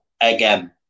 again